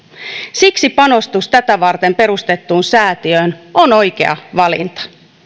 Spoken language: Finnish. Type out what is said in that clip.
siksi panostus tätä varten perustettuun säätiöön on oikea valinta